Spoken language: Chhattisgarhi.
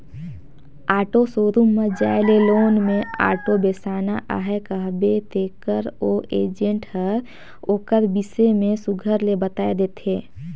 ऑटो शोरूम म जाए के लोन में आॅटो बेसाना अहे कहबे तेकर ओ एजेंट हर ओकर बिसे में सुग्घर ले बताए देथे